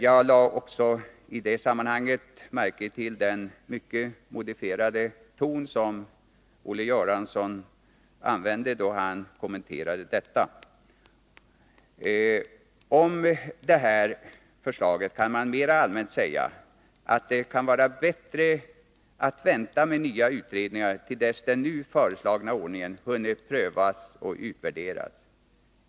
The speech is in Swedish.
Jag lade i det sammanhanget märke till den mycket modifierade ton som Olle Göransson använde då han kommenterade det här. Om detta förslag kan man mer allmänt säga att det kan vara bättre att vänta med nya utredningar till dess den nu föreslagna ordningen hunnit prövas och utvärderas.